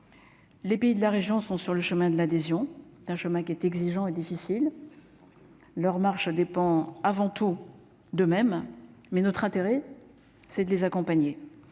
Les pays de la région sont sur le chemin de l'adhésion d'un chemin qui est exigeant et difficile leur marges dépend avant tout de même, mais notre intérêt, c'est de les accompagner,